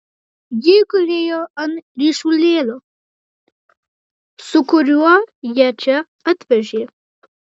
ji gulėjo ant ryšulėlio su kuriuo ją čia atvežė